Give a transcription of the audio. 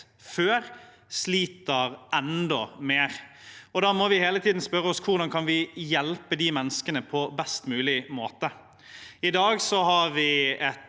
før, sliter enda mer nå. Da må vi hele tiden spørre oss: Hvordan kan vi hjelpe de menneskene på best mulig måte? I dag har vi et